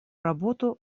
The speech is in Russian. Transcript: работу